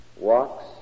walks